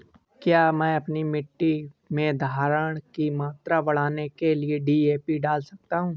क्या मैं अपनी मिट्टी में धारण की मात्रा बढ़ाने के लिए डी.ए.पी डाल सकता हूँ?